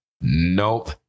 Nope